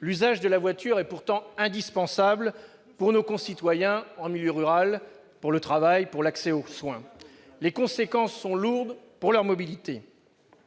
L'usage de la voiture est pourtant indispensable à nos concitoyens en milieu rural pour le travail et pour l'accès aux soins. Les conséquences sont lourdes pour leur mobilité.